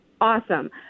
awesome